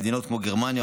במדינות כמו גרמניה,